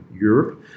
Europe